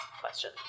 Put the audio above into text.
question